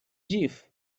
dziw